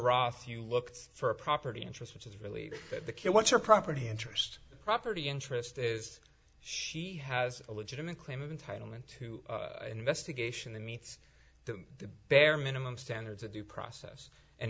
off you look for a property interest which is really that the kid what's your property interest property interest is she has a legitimate claim of entitlement to an investigation that meets the bare minimum standards of due process and